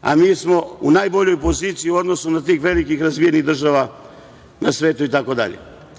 a mi smo u najboljoj poziciji u odnosu na te velike države na svetu itd,